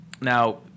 Now